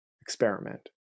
experiment